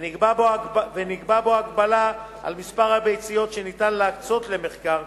ונקבעה בו הגבלה על מספר הביציות שניתן להקצות למחקר,